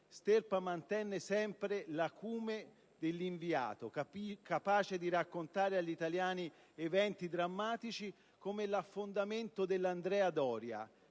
Sterpa mantenne sempre l'acume dell'inviato, capace di raccontare agli italiani eventi drammatici come l'affondamento dell'Andrea Doria,